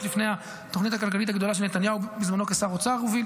לפני התוכנית הכלכלית הגדולה שנתניהו הוביל בזמנו כשר אוצר.